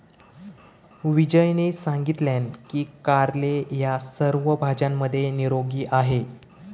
विजयने सांगितलान की कारले ह्या सर्व भाज्यांमध्ये निरोगी आहे